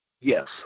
Yes